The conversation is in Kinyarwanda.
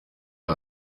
ubu